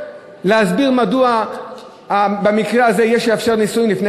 להסביר מדוע במקרה הזה יש לאפשר נישואין לפני